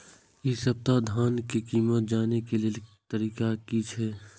इ सप्ताह धान के कीमत जाने के लेल तरीका की छे?